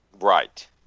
right